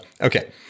okay